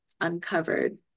uncovered